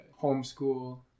homeschool